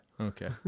Okay